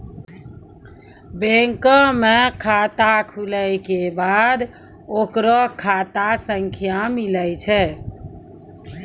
बैंको मे खाता खुलै के बाद ओकरो खाता संख्या मिलै छै